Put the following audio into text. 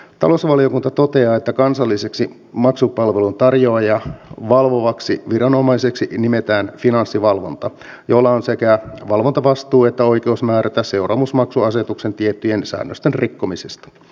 talousvaliokunta toteaa että kansalliseksi maksupalveluntarjoajia valvovaksi viranomaiseksi nimetään finanssivalvonta jolla on sekä valvontavastuu että oikeus määrätä seuraamusmaksu asetuksen tiettyjen säännösten rikkomisesta